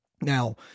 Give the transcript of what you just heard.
Now